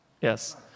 Yes